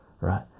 right